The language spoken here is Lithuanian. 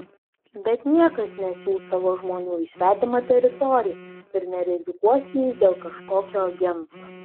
bet niekas nesiųs savo žmonių į svetimą teritoriją ir nerizikuos jais dėl kažkokio agento